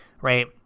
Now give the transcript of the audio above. right